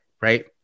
right